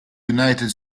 united